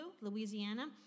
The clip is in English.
Louisiana